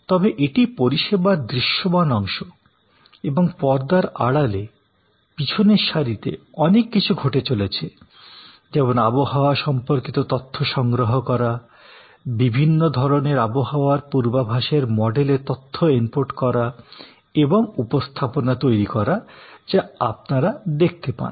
তবে এটি পরিষেবার দৃশ্যমান অংশ এবং পর্দার আড়ালে পিছনের সারিতে অনেক কিছু ঘটে চলেছে যেমন আবহাওয়া সম্পর্কিত তথ্য সংগ্রহ করা বিভিন্ন ধরণের আবহাওয়ার পূর্বাভাসের মডেলে তথ্য ইনপুট করা এবং উপস্থাপনা তৈরি করা যা আপনারা দেখতে পান